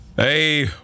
hey